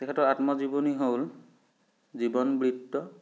তেখেতৰ আত্মজীৱনী হ'ল জীৱন বৃত্ত